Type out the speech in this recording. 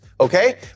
okay